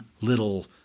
Little